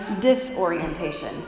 disorientation